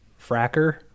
Fracker